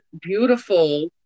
beautiful